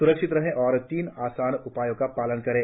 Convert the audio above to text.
स्रक्षित रहें और तीन आसान उपायों का पालन करें